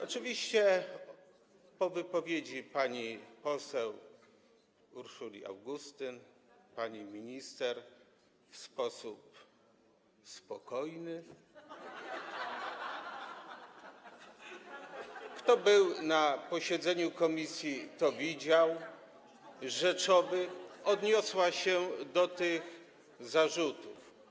Oczywiście po wypowiedzi pani poseł Urszuli Augustyn pani minister w sposób spokojny [[Wesołość na sali]] - kto był na posiedzeniu komisji, to widział - i rzeczowy odniosła się do tych zarzutów.